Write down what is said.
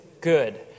good